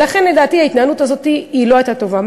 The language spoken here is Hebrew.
לכן, לדעתי, ההתנהלות הזאת לא הייתה טובה.